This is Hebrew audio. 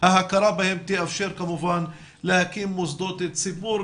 ההכרה בהם תאפשר כמובן להקים מוסדות ציבור,